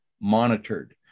monitored